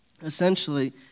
Essentially